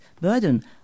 burden